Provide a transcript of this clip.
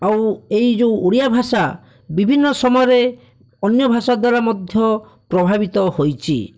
ଆଉ ଏହି ଯେଉଁ ଓଡ଼ିଆ ଭାଷା ବିଭିନ୍ନ ସମୟରେ ଅନ୍ୟ ଭାଷା ଦ୍ୱାରା ମଧ୍ୟ ପ୍ରଭାବିତ ହୋଇଛି